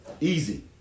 easy